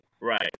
Right